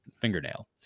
Fingernail